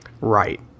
Right